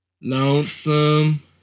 lonesome